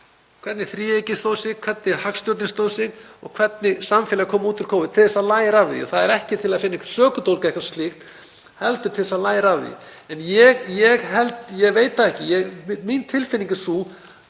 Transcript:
hvernig þríeykið stóð sig, hvernig hagstjórnin stóð sig og hvernig samfélagið kom út úr kófinu, til að læra af því. Það er ekki til að finna sökudólg eða eitthvað slíkt heldur til að læra af því. En ég veit það ekki, mín tilfinning er sú